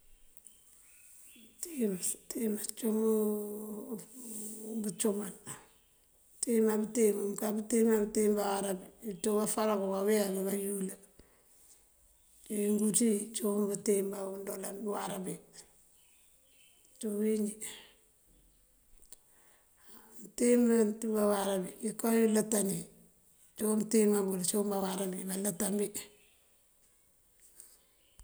Bëëntíim, bëëntíim acum ngëcúmal. Bëëntíim mëënka pëëntíimá bëëntíim baawárábí. Këëntú kaforankú kawel kayul unk cíiwun bëëntíim bandolabi baawárábí ţí bëëwínjí. Bëëntíim biwímbi baawárábí, iko iyi mëëlëëtani cíiwun mëëntiimáayël cíiwun baawárábí báalëtambi.